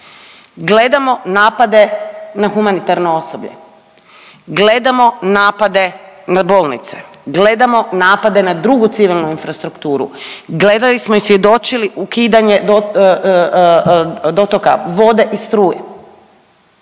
Gledamo napade na humanitarno osoblje, gledamo napade na bolnice, gledamo napade na drugu civilnu infrastrukturu. Gledali smo i svjedočili ukidanje dotoka vode i struje.